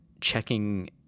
checking